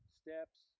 steps